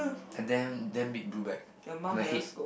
and then then big blue black on the head